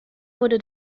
wurde